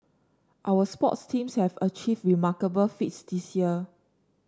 our sports teams have achieved remarkable feats this year